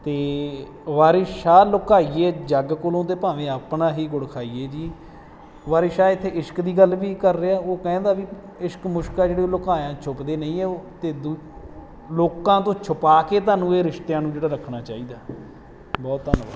ਅਤੇ ਵਾਰਿਸ ਸ਼ਾਹ ਲੁਕਾਈਏ ਜੱਗ ਕੋਲੋਂ ਅਤੇ ਭਾਵੇਂ ਆਪਣਾ ਹੀ ਗੁੜ ਖਾਈਏ ਜੀ ਵਾਰਿਸ ਸ਼ਾਹ ਇੱਥੇ ਇਸ਼ਕ ਦੀ ਗੱਲ ਵੀ ਕਰ ਰਿਹਾ ਉਹ ਕਹਿੰਦਾ ਵੀ ਇਸ਼ਕ ਮੁਸ਼ਕ ਆ ਜਿਹੜੇ ਲੁਕਾਇਆ ਛੁਪਦੇ ਨਹੀਂ ਹੈ ਉਹ ਤਾਂ ਦੁ ਲੋਕਾਂ ਤੋਂ ਛੁਪਾ ਕੇ ਤੁਹਾਨੂੰ ਇਹ ਰਿਸ਼ਤਿਆਂ ਨੂੰ ਜਿਹੜਾ ਰੱਖਣਾ ਚਾਹੀਦਾ ਬਹੁਤ ਧੰਨਵਾਦ